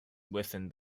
within